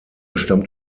stammt